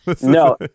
No